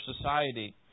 society